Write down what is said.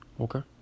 Okay